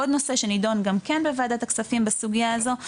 עוד נושא שנידון גם כן בוועדת הכספים בסוגייה הזו,